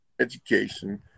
education